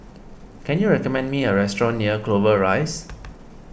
can you recommend me a restaurant near Clover Rise